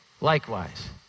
likewise